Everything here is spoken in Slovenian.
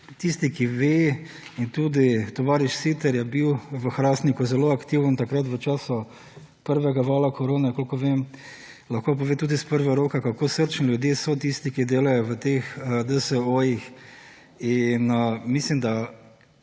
tisti, ki ve in tudi tovariš Siter je bil v Hrastniku zelo aktiven takrat v času prvega vala korone, kolikor vem, lahko pove tudi iz prve roke kako srčni ljudje so tisti, ki delajo v teh DSO-jih. Mislim, da